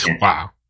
wow